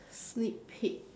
sneak peek